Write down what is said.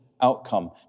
outcome